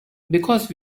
because